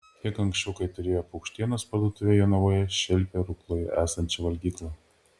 kiek anksčiau kai turėjo paukštienos parduotuvę jonavoje šelpė rukloje esančią valgyklą